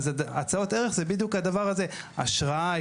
הצעות ערך זה בדיוק הדבר הזה: אשראי,